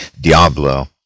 Diablo